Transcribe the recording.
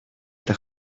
это